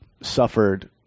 suffered